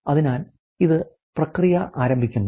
അതിനാൽ ഇത് പ്രക്രിയ ആരംഭിക്കുന്നു